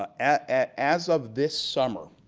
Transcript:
ah as of this summer's